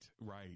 right